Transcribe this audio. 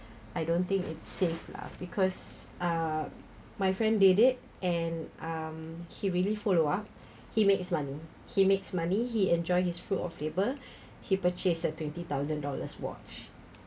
I don't think it's safe lah because uh my friend did it and um he really follow up he makes money he makes money he enjoy his fruit of labour he purchased a twenty thousand dollars watch